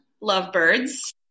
lovebirds